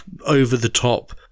over-the-top